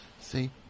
See